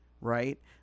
Right